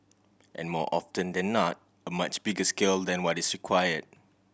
and more often than not a much bigger scale than what is require